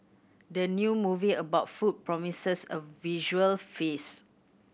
the new movie about food promises a visual feast